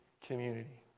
community